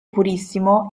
purissimo